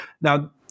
Now